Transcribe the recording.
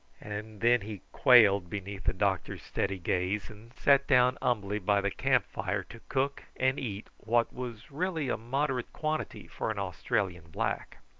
and then he quailed beneath the doctor's steady gaze, and sat down humbly by the camp fire to cook and eat what was really a moderate quantity for an australian black.